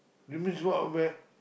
you miss what bet